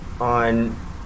on